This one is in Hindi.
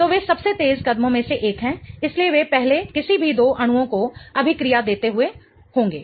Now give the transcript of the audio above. तो वे सबसे तेज़ कदमों में से एक हैं इसलिए वे पहले किसी भी दो अणुओं को अभिक्रिया देते हुए होंगे